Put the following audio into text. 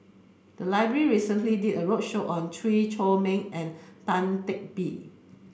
the library recently did a roadshow on Chew Chor Meng and Ang Teck Bee